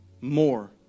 more